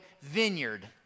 vineyard